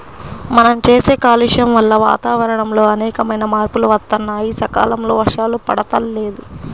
మనం చేసే కాలుష్యం వల్ల వాతావరణంలో అనేకమైన మార్పులు వత్తన్నాయి, సకాలంలో వర్షాలు పడతల్లేదు